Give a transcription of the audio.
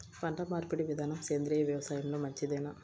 పంటమార్పిడి విధానము సేంద్రియ వ్యవసాయంలో మంచిదేనా?